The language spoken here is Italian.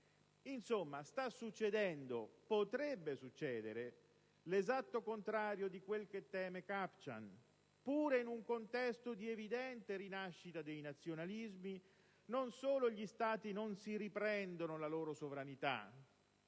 Insomma, sta succedendo, potrebbe succedere, l'esatto contrario di quel che teme Kupchan. Pure in un contesto di evidente rinascita dei nazionalismi, non solo gli Stati non si riprendono la loro sovranità